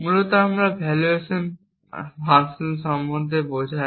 মূলত আমরা valuation function বলতে বোঝায়